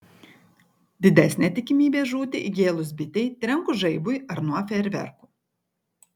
didesnė tikimybė žūti įgėlus bitei trenkus žaibui ar nuo fejerverkų